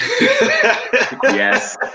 Yes